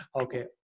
okay